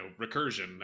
recursion